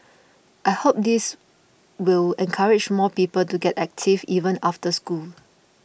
I hope this will encourage more people to get active even after leaving school